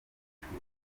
ishuri